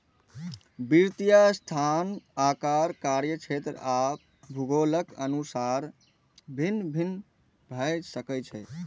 वित्तीय संस्थान आकार, कार्यक्षेत्र आ भूगोलक अनुसार भिन्न भिन्न भए सकै छै